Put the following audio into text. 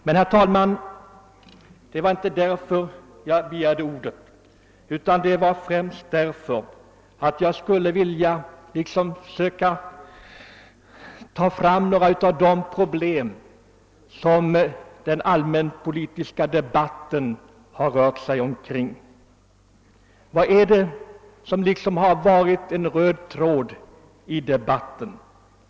Men det var inte för att säga detta som jag begärde ordet, utan främst för att ta upp några av de problem som den allmänpolitiska debatten har rört sig omkring. Vad är det som varit den röda tråden i debatten?